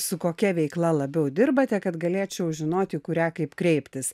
su kokia veikla labiau dirbate kad galėčiau žinoti kurią kaip kreiptis